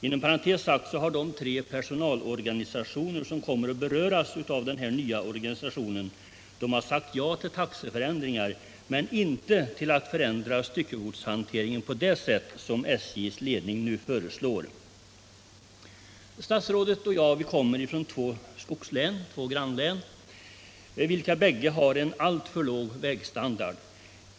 Inom parentes sagt har de tre personalorganisationer som kommer att beröras av den nya organisationen sagt ja till taxeförändringar men inte till att förändra styckegodshanteringen på det sätt som SJ:s ledning nu föreslår. Statsrådet och jag kommer från två grannlän — skogslän — vilka båda — Nr 24 har en alltför låg vägstandard.